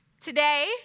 Today